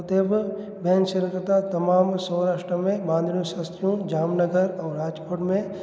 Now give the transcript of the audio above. उते बि ॿियनि शहरुनि खां तमामु सौराष्ट्रा में बांधणियूं सस्तियूं जामनगर ऐं राजकोट में